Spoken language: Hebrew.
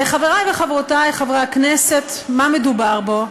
וחברי וחברותי חברי הכנסת, מה מדובר בו?